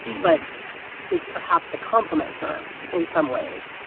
but is perhaps a compliment to her in some ways,